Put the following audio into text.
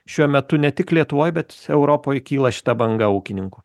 šiuo metu ne tik lietuvoj bet europoj kyla šita banga ūkininkų